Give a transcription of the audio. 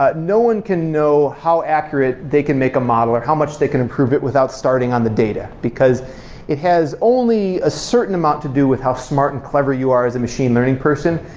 ah no one can know how accurate they can make a model, or how much they can improve it without starting on the data, because it has only a certain amount to do with how smart and clever you are as a machine learning person.